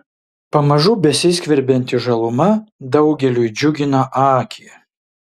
pamažu besiskverbianti žaluma daugeliui džiugina akį